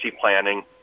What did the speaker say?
planning